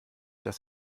dass